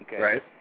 Right